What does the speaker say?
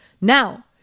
now